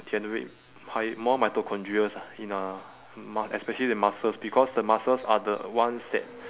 generate high~ more mitochondrias ah in uh mu~ especially the muscles because the muscles are the ones that